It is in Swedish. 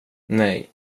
nej